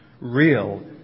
real